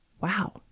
Wow